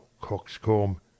Coxcomb